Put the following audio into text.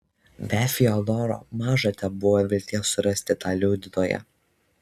be fiodoro maža tebuvo vilties surasti tą liudytoją